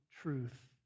truth